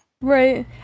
Right